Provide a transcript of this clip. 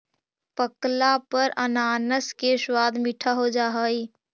पकला पर अनानास के स्वाद मीठा हो जा हई